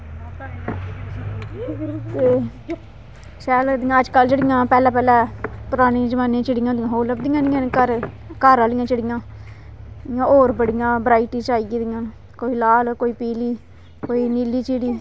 ते शैल लगदियां अजकल जेहड़ियां पहले पहले पराने जमाने च जेहडियां होदियां ही ओह् लभदी नेईं ऐ अजकल घर घर आहलियां चिडियां इयां और बड़िया बराइटी आई गेदियां ना कोई लाल कोई पीली कोई नीली चिड़ी